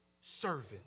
servant